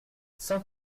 cent